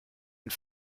une